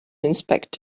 inspect